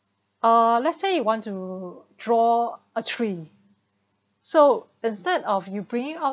uh let's say you want to draw a tree so instead of you bringing out